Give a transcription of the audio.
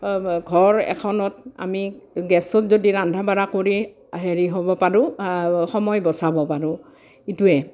ঘৰ এখনত আমি গেছত যদি ৰন্ধা বঢ়া কৰি হেৰি হ'ব পাৰোঁ সময় বচাব পাৰোঁ এইটোৱে